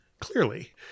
clearly